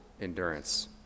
endurance